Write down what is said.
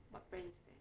what brand is that